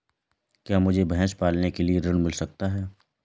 क्या मुझे भैंस पालने के लिए ऋण मिल सकता है?